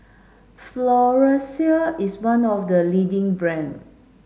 Floxia is one of the leading brand